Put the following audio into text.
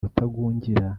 rutagungira